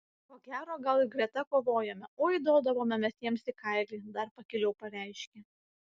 ko gero gal ir greta kovojome oi duodavome mes jiems į kailį dar pakiliau pareiškė